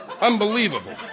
Unbelievable